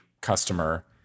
customer